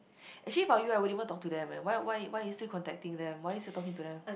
actually for you I won't even talk to them eh why why why you still contacting them why you still talking to them